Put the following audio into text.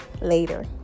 Later